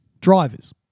drivers